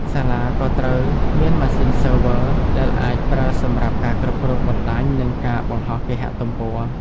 សាលាក៏ត្រូវមានម៉ាស៊ីន server ដែលអាចប្រើសម្រាប់ការគ្រប់គ្រងបណ្តាញនិងការបង្ហោះគេហទំព័រ។